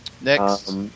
Next